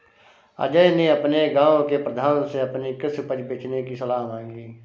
अजय ने अपने गांव के प्रधान से अपनी कृषि उपज बेचने की सलाह मांगी